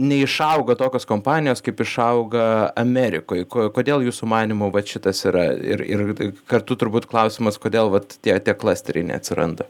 neišauga tokios kompanijos kaip išauga amerikoje ko kodėl jūsų manymu vat šitas yra ir ir tai kartu turbūt klausimas kodėl vat tie klasteriai neatsiranda